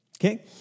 okay